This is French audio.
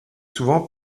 souvent